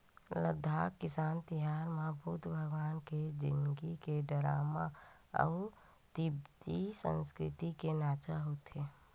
लद्दाख किसान तिहार म बुद्ध भगवान के जिनगी के डरामा अउ तिब्बती संस्कृति के नाचा होथे